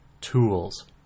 tools